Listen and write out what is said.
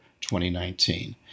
2019